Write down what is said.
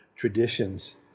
traditions